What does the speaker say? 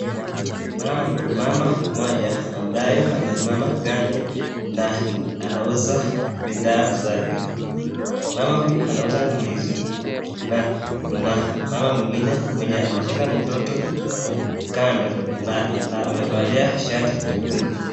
Mama mmoja ambaye amesimama kando na anauza bidhaa zake. Mama huyu anauza ndizi na kuna mama mwengine mwenye ameshika mtoto kando na amevalia shati nyekundu.